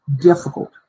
difficult